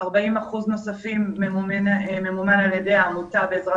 40 אחוזים נוספים ממומנים על ידי העמותה בעזרת